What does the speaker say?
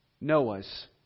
Noah's